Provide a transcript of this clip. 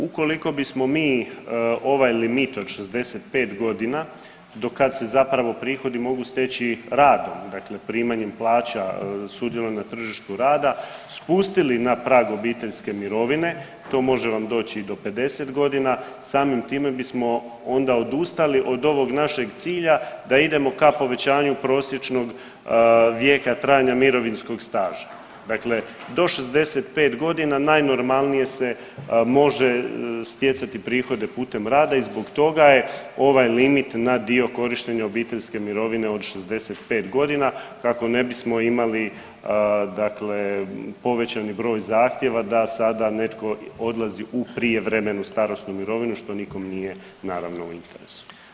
Ukoliko bismo mi ovaj limit od 65.g. do kad se zapravo prihodi mogu steći radom, dakle primanjem plaća, sudjelovanjem na tržištu rada, spustili na prag obiteljske mirovine, to može vam doći i do 50.g., samim time bismo onda odustali od ovog našeg cilja da idemo ka povećanju prosječnog vijeka trajanja mirovinskog staža, dakle do 65.g. najnormalnije se može stjecati prihode putem rada i zbog toga je ovaj limit na dio korištenja obiteljske mirovine od 65 godina kako ne bismo imali dakle povećani broj zahtjeva da sada netko odlazi u prijevremenu starosnu mirovinu, što nikom nije naravno, u interesu.